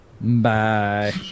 Bye